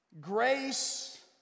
Grace